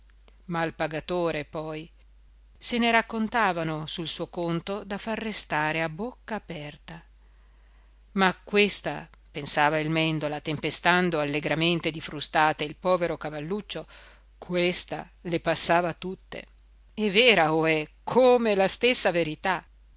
furbizia mal pagatore poi se ne raccontavano sul suo conto da far restare a bocca aperta ma questa pensava il mèndola tempestando allegramente di frustate il povero cavalluccio questa le passava tutte e vera ohé come la stessa verità